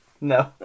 No